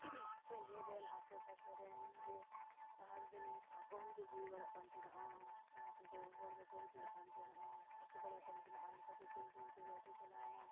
ᱥᱟᱺᱜᱤᱧ ᱨᱮᱱ ᱟᱥᱮ ᱯᱟᱥᱮ ᱨᱮᱱ ᱡᱮ ᱞᱟᱦᱟ ᱛᱮᱫᱚ ᱱᱤᱝᱠᱟ ᱠᱚᱢᱜᱮ ᱦᱩᱭ ᱵᱟᱲᱟᱜ ᱠᱟᱱ ᱛᱟᱦᱮᱱᱟ ᱞᱟᱦᱟ ᱛᱮᱫᱚ ᱦᱚᱲ ᱵᱟᱠᱚ ᱦᱤᱡᱩᱜ ᱠᱟᱱ ᱛᱟᱦᱮᱱᱚᱜᱼᱟ ᱵᱟᱠᱚ ᱵᱟᱲᱟᱭ ᱠᱟᱱ ᱛᱟᱦᱮᱱᱟ ᱚᱱᱠᱟ ᱡᱩᱫᱤ ᱞᱟᱹᱴᱩ ᱪᱟᱞᱟᱣᱱᱟ